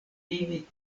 vivi